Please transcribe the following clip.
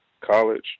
college